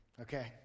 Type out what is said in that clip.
okay